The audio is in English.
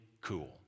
cool